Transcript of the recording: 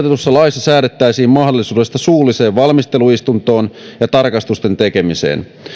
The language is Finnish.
laissa säädettäisiin mahdollisuudesta suulliseen valmisteluistuntoon ja tarkastusten tekemiseen